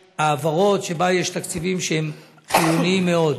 ההעברות, שבהן יש תקציבים שהם חיוניים מאוד.